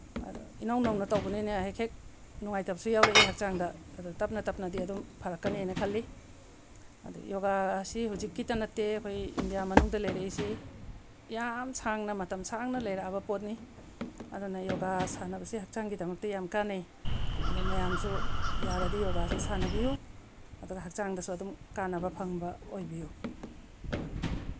ꯑꯗꯣ ꯏꯅꯧ ꯅꯧꯅ ꯇꯧꯕꯅꯤꯅ ꯍꯦꯛ ꯅꯨꯡꯉꯥꯏꯇꯕꯁꯨ ꯌꯥꯎꯔꯛꯏ ꯍꯛꯆꯥꯡꯗ ꯑꯗꯣ ꯇꯞꯅ ꯇꯞꯅꯗꯤ ꯑꯗꯨꯝ ꯐꯔꯛꯀꯅꯦꯅ ꯈꯜꯂꯤ ꯑꯗꯒꯤ ꯌꯣꯒꯥꯁꯤ ꯍꯧꯖꯤꯛꯀꯤꯗ ꯅꯠꯇꯦ ꯑꯩꯈꯣꯏ ꯏꯟꯗꯤꯌꯥ ꯃꯅꯨꯡꯗ ꯂꯩꯔꯛꯏꯁꯤ ꯌꯥꯝ ꯁꯥꯡꯅ ꯃꯇꯝ ꯁꯥꯡꯅ ꯂꯩꯔꯛꯑꯕ ꯄꯣꯠꯅꯤ ꯑꯗꯨꯅ ꯌꯣꯒꯥ ꯁꯥꯟꯅꯕꯁꯤ ꯍꯛꯆꯥꯡꯒꯤꯗꯃꯛꯇ ꯌꯥꯝ ꯀꯥꯟꯅꯩ ꯑꯗꯣ ꯃꯌꯥꯝꯁꯨ ꯌꯥꯔꯗꯤ ꯌꯣꯒꯥꯁꯤ ꯁꯥꯟꯅꯕꯤꯌꯨ ꯑꯗꯨꯒ ꯍꯛꯆꯥꯡꯗꯁꯨ ꯑꯗꯨꯝ ꯀꯥꯟꯅꯕ ꯐꯪꯕ ꯑꯣꯏꯕꯤꯌꯨ